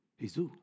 Jesus